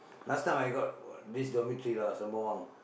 last time I got this dormitory lah Sembawang